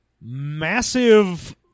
massive